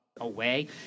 away